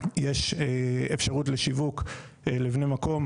יש אפשרות לשיווק לבני מקום